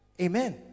amen